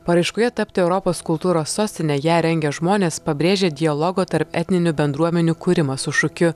paraiškoje tapti europos kultūros sostine ją rengę žmonės pabrėžė dialogo tarp etninių bendruomenių kūrimą su šūkiu